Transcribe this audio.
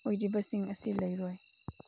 ꯑꯣꯏꯔꯤꯕꯁꯤꯡ ꯑꯁꯤ ꯂꯩꯔꯣꯏ